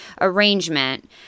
arrangement